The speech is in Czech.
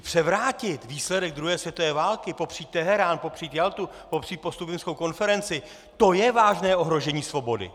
Jaksi převrátit výsledek druhé světové války, popřít Teherán, popřít Jaltu, popřít postupimskou konferenci to je vážné ohrožení svobody!